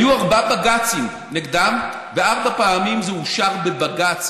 היו ארבעה בג"צים נגדם, וארבע פעמים זה אושר בבג"ץ